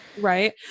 right